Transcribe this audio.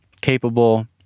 capable